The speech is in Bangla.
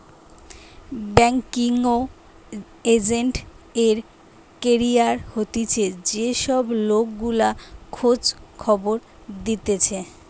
বেংকিঙ এজেন্ট এর ক্যারিয়ার হতিছে যে সব লোক গুলা খোঁজ খবর দিতেছে